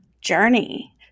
journey